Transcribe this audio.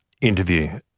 interview